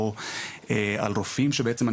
או על רופאים שבעצם,